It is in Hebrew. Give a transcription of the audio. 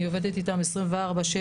אני עובדת איתם 24/7,